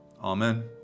Amen